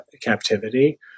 captivity